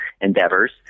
endeavors